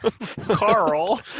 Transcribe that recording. Carl